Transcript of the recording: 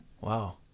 Wow